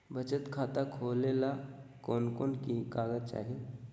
बचत खाता खोले ले कोन कोन कागज चाही?